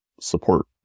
support